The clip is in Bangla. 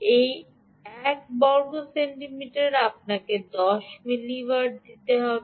1 বর্গ সেন্টিমিটার আপনাকে 10 মিলিওয়াট দিতে হবে